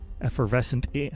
effervescent